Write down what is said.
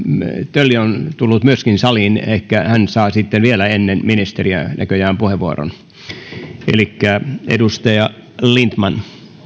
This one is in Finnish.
tölli on tullut myöskin saliin ehkä hän saa sitten vielä ennen ministeriä näköjään puheenvuoron edustaja lindtman